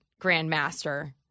grandmaster